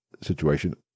situation